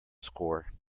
score